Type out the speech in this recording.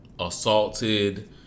assaulted